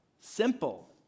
Simple